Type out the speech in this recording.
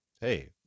hey